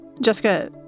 Jessica